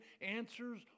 answers